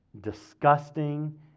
disgusting